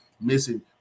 missing